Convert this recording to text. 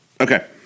Okay